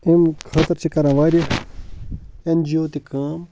تَمہِ خٲطرٕ چھِ کَران واریاہ اٮ۪ن جی او تہِ کٲم